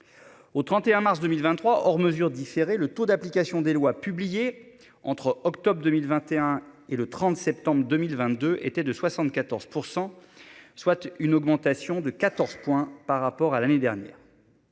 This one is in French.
Au 31 mars 2023 hors mesures différer le taux d'application des lois, publié entre octobre 2021 et le 30 septembre 2022 était de 74%, soit une augmentation de 14 points par rapport à l'année dernière.